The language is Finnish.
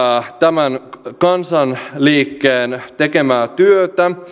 tämän kansanliikkeen tekemää työtä